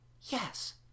Yes